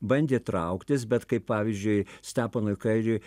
bandė trauktis bet kaip pavyzdžiui steponui kairiui